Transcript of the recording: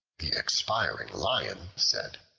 the expiring lion said,